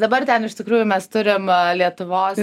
dabar ten iš tikrųjų mes turim lietuvos